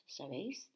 sabéis